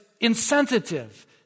insensitive